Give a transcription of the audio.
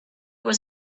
was